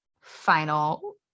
final